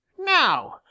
Now